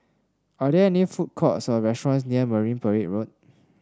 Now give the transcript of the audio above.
are there any food courts or restaurants near Marine Parade Road